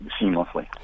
seamlessly